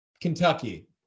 Kentucky